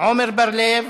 עמר בר-לב,